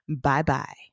Bye-bye